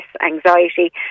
anxiety